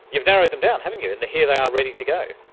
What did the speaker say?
you've narrowed them down, haven't you, and here they are ready to go.